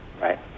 Right